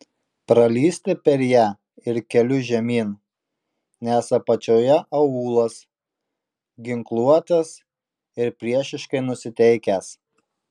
pralįsti per ją ir keliu žemyn nes apačioje aūlas ginkluotas ir priešiškai nusiteikęs